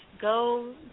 Go